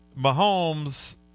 Mahomes